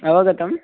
अवगतम्